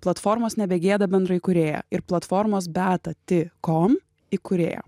platformos nebegėda bendraįkūrėja ir platformos beatati kom įkūrėja